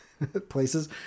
places